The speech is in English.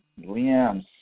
Liam